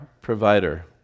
provider